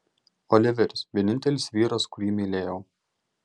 oliveris vienintelis vyras kurį mylėjau